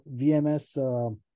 VMS